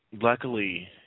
Luckily